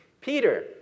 Peter